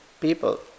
people